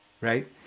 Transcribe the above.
right